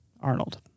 Arnold